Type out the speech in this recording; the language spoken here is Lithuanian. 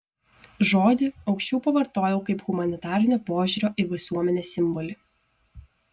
žodį aukščiau pavartojau kaip humanitarinio požiūrio į visuomenę simbolį